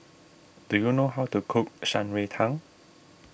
do you know how to cook Shan Rui Tang